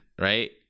right